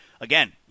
again